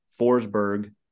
forsberg